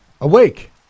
Awake